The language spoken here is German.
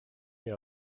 mir